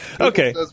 Okay